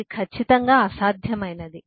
ఇది ఖచ్చితంగా అసాధ్యమైనది